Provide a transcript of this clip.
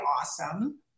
awesome